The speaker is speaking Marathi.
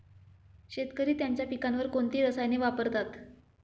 शेतकरी त्यांच्या पिकांवर कोणती रसायने वापरतात?